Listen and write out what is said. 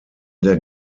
der